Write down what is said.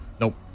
Nope